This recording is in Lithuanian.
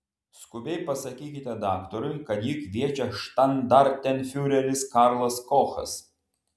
skubiai pasakykite daktarui kad jį kviečia štandartenfiureris karlas kochas